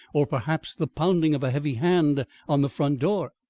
or, perhaps, the pounding of a heavy hand on the front door.